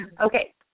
Okay